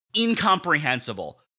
incomprehensible